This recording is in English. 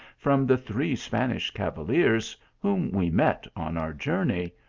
from the three spanish cavaliers whom we met on our journey.